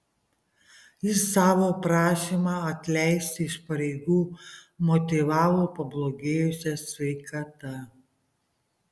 jis savo prašymą atleisti iš pareigų motyvavo pablogėjusia sveikata